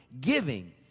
giving